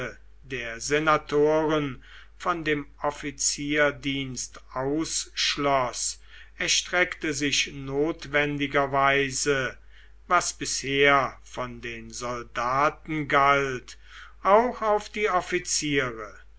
der senatoren von dem offizierdienst ausschloß erstreckte sich notwendigerweise was bisher von den soldaten galt auch auf die offiziere